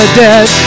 dead